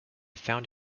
found